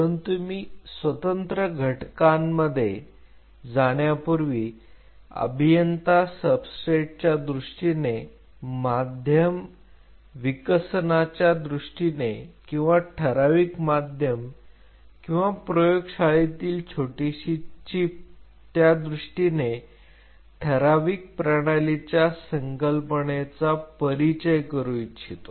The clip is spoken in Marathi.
परंतु मी स्वतंत्र घटकांमध्ये जाण्यापूर्वी अभियंता सबस्ट्रेट च्या दृष्टीने माध्यम विकसनाच्या दृष्टीने किंवा ठराविक माध्यम किंवा प्रयोगशाळेतील छोटीशी चीप त्यादृष्टीने ठराविक प्रणालीच्या संकल्पनेचा परिचय करू इच्छितो